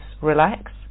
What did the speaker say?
relax